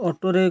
ଅଟୋରେ